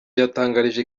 yatangarije